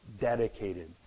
dedicated